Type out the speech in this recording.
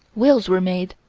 wills were made.